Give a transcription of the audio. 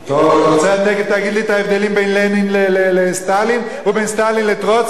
תיכף תגיד לי את ההבדלים בין לנין לסטלין ובין סטלין לטרוצקי.